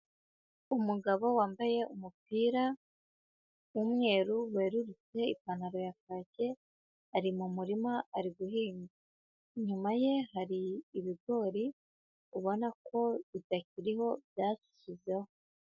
Umugabo wambaye umupira w'umweru werurutse, ipantaro ya kake ari mu muma ari guhinga. Inyuma ye hari ibigori ubona ko bitakiriho byashizeho.